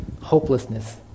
hopelessness